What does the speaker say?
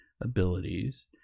abilities